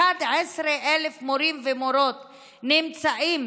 11,000 מורים ומורות נמצאים